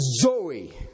Zoe